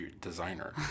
designer